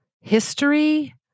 history